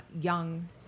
young